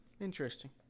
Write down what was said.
Interesting